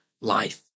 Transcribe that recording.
life